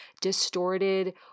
distorted